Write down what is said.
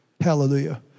Hallelujah